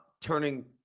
turning –